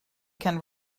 can